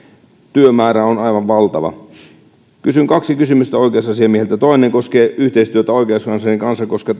työmäärä on aivan valtava kysyn kaksi kysymystä oikeusasiamieheltä toinen koskee yhteistyötä oikeuskanslerin kanssa koska